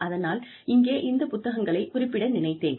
அதனால் இங்கே இந்த புத்தகங்களை குறிப்பிட நினைத்தேன்